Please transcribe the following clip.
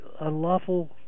unlawful